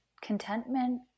contentment